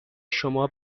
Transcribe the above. شما